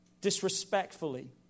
disrespectfully